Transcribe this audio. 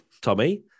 Tommy